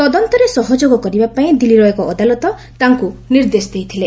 ତଦନ୍ତରେ ସହଯୋଗ କରିବାପାଇଁ ଦିଲ୍ଲୀର ଏକ ଅଦାଲତ ତାଙ୍କୁ ନିର୍ଦ୍ଦେଶ ଦେଇଥିଲେ